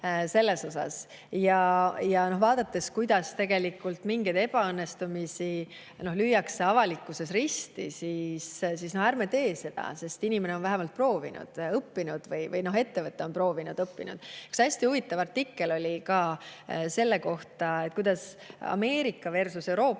null kasu. Ja vaadates, kuidas tegelikult mingeid ebaõnnestumisi lüüakse avalikkuses risti, siis ärme teeme seda, sest inimene on vähemalt proovinud ja õppinud või ettevõte on proovinud ja õppinud. Üks hästi huvitav artikkel oli selle kohta, AmeerikaversusEuroopa,